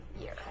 year